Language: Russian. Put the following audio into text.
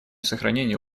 сохранению